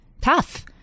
tough